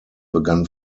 begann